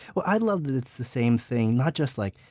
but i love that it's the same thing, not just like